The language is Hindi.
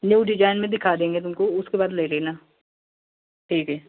न्यू डिजाइन में दिखा देंगे तुमको उसके बाद में ले लेना ठीक है